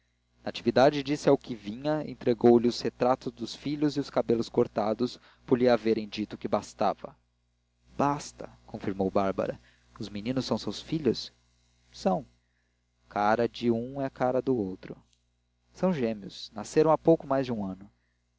natividade disse ao que vinha e entregou-lhe os retratos dos filhos e os cabelos cortados por lhe haverem dito que bastava basta confirmou bárbara os meninos são seus filhos são cara de um é cara de outro são gêmeos nasceram há pouco mais de um ano